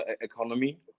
economy